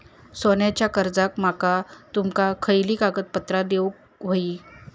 सोन्याच्या कर्जाक माका तुमका खयली कागदपत्रा देऊक व्हयी?